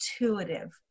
intuitive